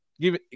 give